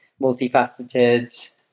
multifaceted